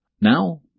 Now